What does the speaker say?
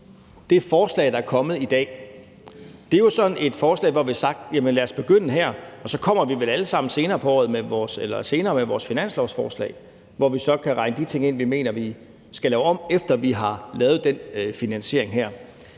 Det forslag, der er kommet i dag, er jo sådan et forslag, hvor der bliver sagt: Jamen lad os begynde her. Og så kommer vi vel alle sammen senere med vores finanslovsforslag, hvor vi så kan regne de ting ind, vi mener man skal lave om, efter vi har lavet den finansiering her.